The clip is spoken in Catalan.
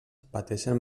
pateixen